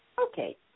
Okay